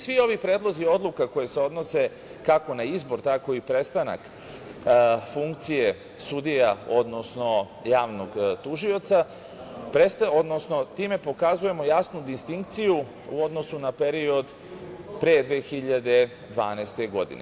Svi ovi predlozi odluka koje se odnose kako na izbor, tako i prestanak funkcije sudija, odnosno javnog tužioca, odnosno time pokazujemo jasnu distinkciju u odnosu na period pre 2012. godine.